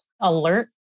alert